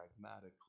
pragmatically